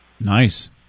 Nice